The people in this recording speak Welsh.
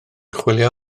chwilio